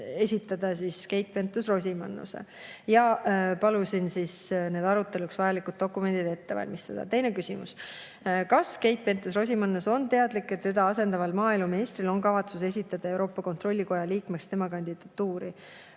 esitada Keit Pentus-Rosimannuse. Palusin siis aruteluks vajalikud dokumendid ette valmistada. Teine küsimus: "Kas Keit Pentus-Rosimannus oli teadlik, et teda asendaval maaeluministril on kavatsus esitada Euroopa Kontrollikoja liikmeks tema kandidatuuri?"